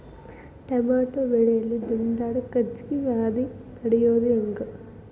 Tomato ಬೆಳೆಯಲ್ಲಿ ದುಂಡಾಣು ಗಜ್ಗಿ ವ್ಯಾಧಿ ತಡಿಯೊದ ಹೆಂಗ್?